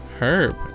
Herb